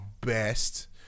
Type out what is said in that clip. best